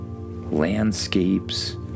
landscapes